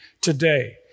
today